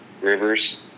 Rivers